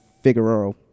Figueroa